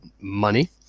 money